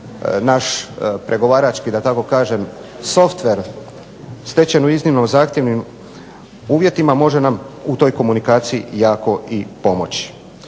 naš pregovarački da tako kažem software stečen u iznimno zahtjevnim uvjetima može nam u toj komunikaciji jako i pomoći.